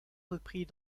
repris